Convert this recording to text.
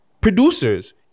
producers